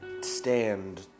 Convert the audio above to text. stand